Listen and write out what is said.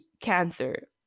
cancer